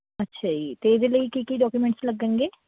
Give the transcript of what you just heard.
ਅੱਛਾ ਜੀ ਅਤੇ ਇਹਦੇ ਲਈ ਕੀ ਕੀ ਡਾਕੂਮੈਂਟਸ ਲੱਗਣਗੇ